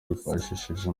bifashishije